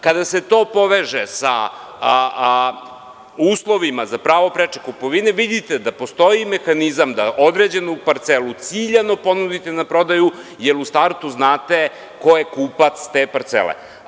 Kada se to poveže sa uslovima za pravo preče kupovine vidite da postoji mehanizam da određenu parcelu ciljano ponudite na prodaju jer u startu znate ko je kupac te parcele.